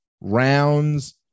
rounds